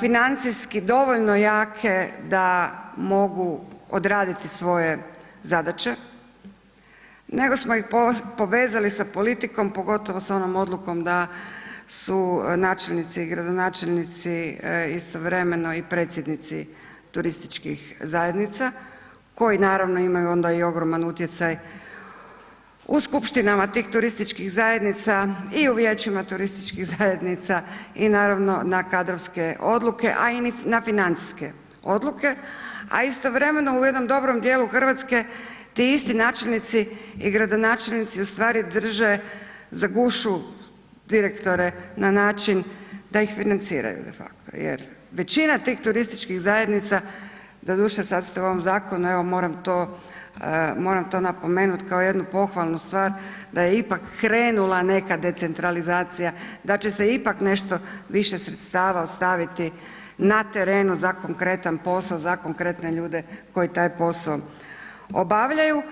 financijski dovoljno jake da mogu odraditi svoje zadaće, nego smo ih povezali sa politikom, pogotovo sa onom odlukom da su načelnici i gradonačelnici istovremeno i predsjednici turističkih zajednica koji naravno imaju onda i ogroman utjecaj u skupštinama tih turističkih zajednica i u vijećima turističkih zajednica i naravno na kadrovske odluke, a i na financijske odluke, a istovremeno u jednom dobrom dijelu RH ti isti načelnici i gradonačelnici u stvari drže za gušu direktore na način da ih financiraju defakto jer većina tih turističkih zajednica, doduše sad ste u ovom zakonu, evo moram to, moram to napomenut kao jednu pohvalnu stvar, da je ipak krenula neka decentralizacija, da će se ipak nešto više sredstava ostaviti na terenu za konkretan posao, za konkretne ljude koji taj posao obavljaju.